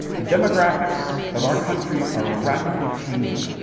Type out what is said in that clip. the demographics of our country are rapidly changing.